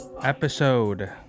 Episode